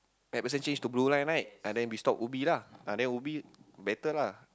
MacPherson change to blue line right ah then we stop Ubi lah uh then Ubi better lah